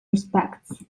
respects